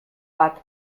bat